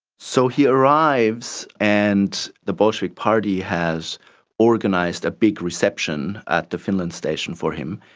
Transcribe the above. so he arrives and the bolshevik party has organised a big reception at the finland station for him,